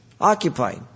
occupied